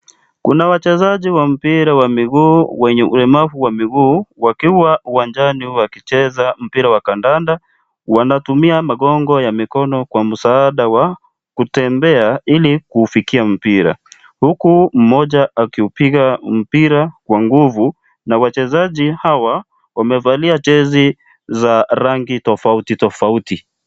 Kuna wachezaji wa mpira wa miguu, wenye ulemavu wa miguu, wakiwa uwanjani wakicheza mpira wa kandanda, wanatumia magongo ya mikono kwa msaada wa, kutembea, ili, kuufikia mpira, huku, mmoja akiupiga, mpira, kwa nguvu, na wachezaji hawa, wamevalia jezi za, rangi tofauti tofauti.